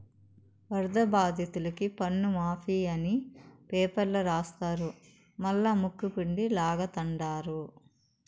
వరద బాధితులకి పన్నుమాఫీ అని పేపర్ల రాస్తారు మల్లా ముక్కుపిండి లాగతండారు